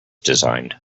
designed